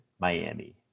Miami